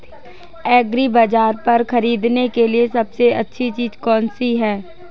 एग्रीबाज़ार पर खरीदने के लिए सबसे अच्छी चीज़ कौनसी है?